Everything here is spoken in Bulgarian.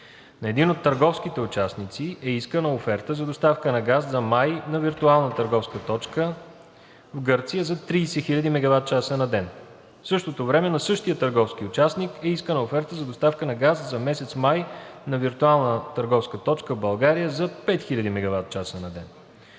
На един от търговските участници е искана оферта за доставка на газ за месец май на виртуална търговска точка в Гърция за 30 000 мегаватчаса на ден, а в същото време на същия търговски участник е искана оферта за доставка на газ за месец май на виртуална търговска точка в България за 5000 мегаватчаса на ден.